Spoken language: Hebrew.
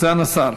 סגן השר,